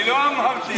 אני לא אמרתי את זה.